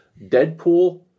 Deadpool